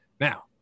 Now